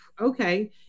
okay